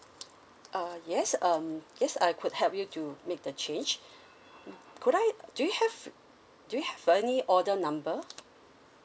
uh yes um yes I could help you to make the change mm could I do you have do you have uh any order number